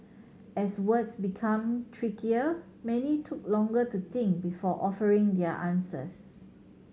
as words become trickier many took longer to think before offering their answers